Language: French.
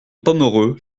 pomereux